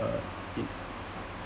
uh it